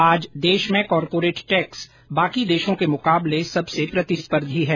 आज देश में कॉरपोरेट टैक्स बाकी देशों के मुकाबले सबसे प्रतिस्पर्धी है